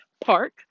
Park